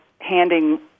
handing—